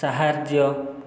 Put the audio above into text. ସାହାଯ୍ୟ